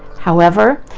however,